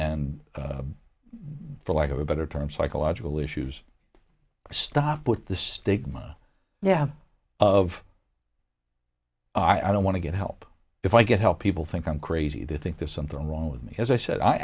the lack of a better term psychological issues stop with the stigma yeah of i don't want to get help if i get help people think i'm crazy they think there's something wrong with me as i said i